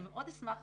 אני מאוד אשמח